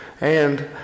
And